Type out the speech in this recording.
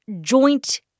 joint